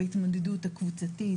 בהתמודדות הקבוצתית,